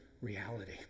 reality